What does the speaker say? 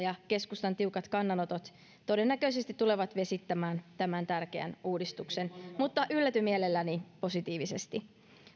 ja keskustan tiukat kannanotot todennäköisesti tulevat vesittämään tämän tärkeän uudistuksen mutta yllätyn mielelläni positiivisesti